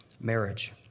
marriage